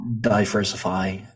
diversify